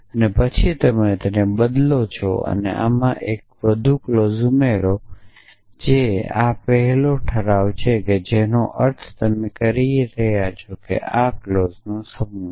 અને પછી તમે તેને બદલો અથવા તમે આમાં 1 વધુ ક્લોઝ ઉમેરો જે આ પહેલો રિજોલ્યુશન છે જેનો અર્થ તમે કહી રહ્યાં છો કે આ ક્લોઝનો સમૂહ છે